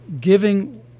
giving